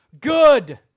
Good